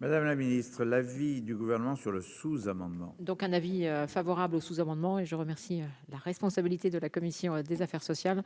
Madame la Ministre, l'avis du gouvernement sur le sous-amendement. Donc un avis favorable au sous-amendement et je remercie la responsabilité de la commission des affaires sociales